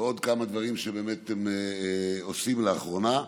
ועוד כמה דברים שהם באמת עושים לאחרונה.